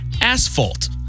Asphalt